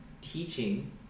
teaching